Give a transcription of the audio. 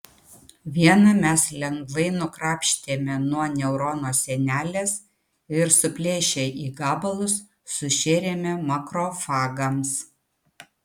vieną mes lengvai nukrapštėme nuo neurono sienelės ir suplėšę į gabalus sušėrėme makrofagams